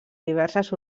diverses